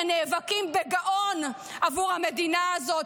נאבקים בגאון בעבור המדינה הזאת.